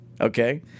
Okay